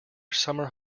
summer